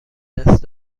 دست